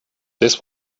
this